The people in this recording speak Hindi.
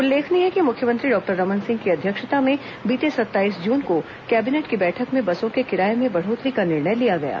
उल्लेखनीय है कि मुख्यमंत्री डॉक्टर रमन सिंह की अध्यक्षता में बीते सत्ताईस जून को कैबिनेट की बैठक में बसों के किराये में बढ़ोत्तरी का निर्णय लिया गया था